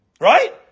Right